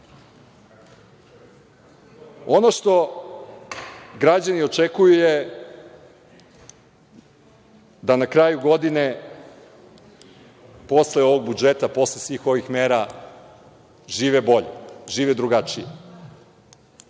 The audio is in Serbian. Ono što građani očekuju je da, na kraju godine, posle ovog budžeta, posle svih ovih mera žive bolje, žive drugačije.